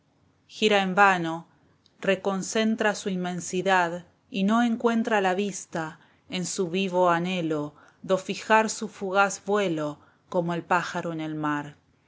jira en vano reconcentra su inmensidad y no encuentra esteban echeverría la vista en su vivo anhelo do fijar sil fugaz vuelo como el pájaro en el mar